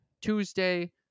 Tuesday